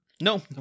No